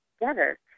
together